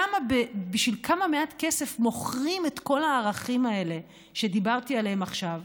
בשביל כמה מעט כסף מוכרים את כל הערכים האלה שדיברתי עליהם עכשיו,